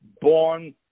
Born